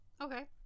Okay